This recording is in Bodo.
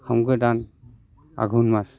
हम गोदान आघुन मास